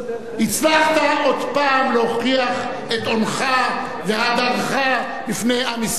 הצלחת עוד הפעם להוכיח את אונך והדרך לפני עם ישראל כולו.